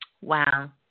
wow